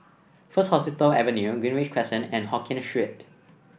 First Hospital Avenue Greenridge Crescent and Hokkien Street